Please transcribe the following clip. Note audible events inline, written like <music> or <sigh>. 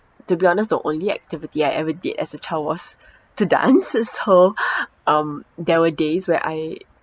to be honest the only activity I ever did as a child was to dance <laughs> so <breath> um there were days where I